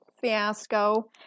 fiasco